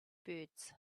birds